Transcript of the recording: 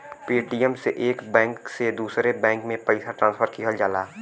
Paytm से एक bank से दूसरे बैंक में पइसा ट्रांसफर किहल जाला